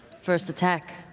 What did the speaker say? first attack.